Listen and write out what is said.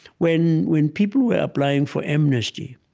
when when people were applying for amnesty,